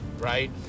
right